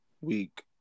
Week